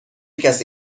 کسی